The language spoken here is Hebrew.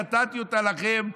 נתתי אותה לכם.